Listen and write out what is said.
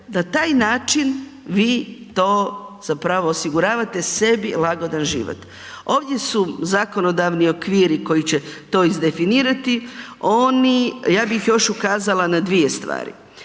na taj način vi to zapravo osiguravate sebi lagodan život. Ovdje su zakonodavni okviri koji će to izdefinirati. Oni, ja bih ih još ukazala na dvije stvari.